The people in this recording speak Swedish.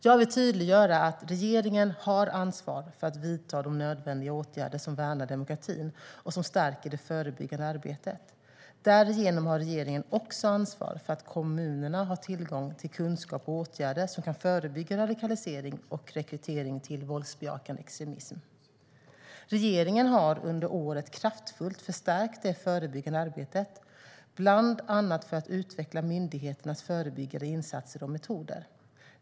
Jag vill tydliggöra att regeringen har ansvar för att vidta de nödvändiga åtgärder som värnar demokratin och som stärker det förebyggande arbetet. Därigenom har regeringen också ansvar för att kommunerna har tillgång till kunskap och åtgärder som kan förebygga radikalisering och rekrytering till våldsbejakande extremism. Regeringen har under året kraftfullt förstärkt det förebyggande arbetet, bland annat för att utveckla myndigheternas förebyggande insatser och metoder.